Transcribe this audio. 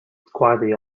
quietly